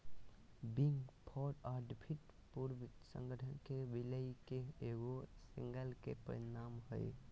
big four auditor पूर्वज संगठन के विलय के ईगो श्रृंखला के परिणाम हइ